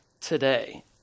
today